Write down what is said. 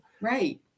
Right